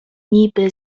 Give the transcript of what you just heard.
niby